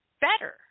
better